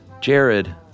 Jared